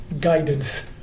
guidance